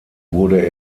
wurde